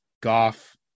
goff